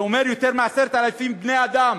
זה אומר יותר מ-10,000 בני-אדם